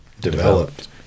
Developed